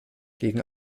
gegen